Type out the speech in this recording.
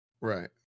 right